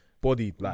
body